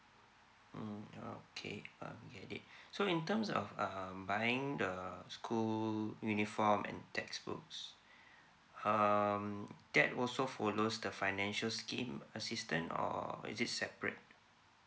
mm okay uh get it so in terms of um buying the school uniform and textbooks um that also follows the financial scheme assistant or is it separate